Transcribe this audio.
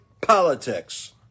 politics